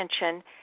attention